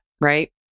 right